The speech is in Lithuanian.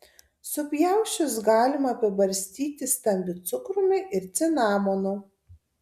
supjausčius galima apibarstyti stambiu cukrumi ir cinamonu